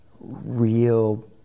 real